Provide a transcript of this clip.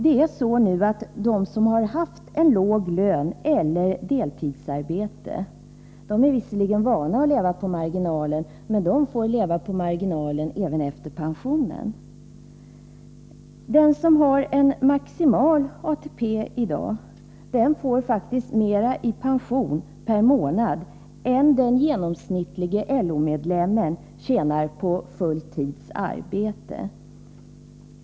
Det är så nu att de som har haft en låg lön eller deltidsarbete visserligen är vana att leva på marginalen, men de får leva på marginalen även efter pensioneringen. Den som har en maximal ATP i dag får faktiskt mer i pension per månad än den genomsnittlige LO-medlemmen tjänar på full tids arbete.